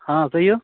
हाँ कहिऔ